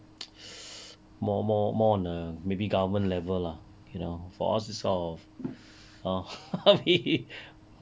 more more more more on the maybe government level lah you know for us this type of hor